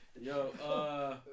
Yo